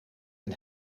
een